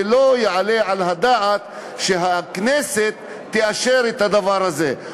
ולא יעלה על הדעת שהכנסת תאשר את הדבר הזה.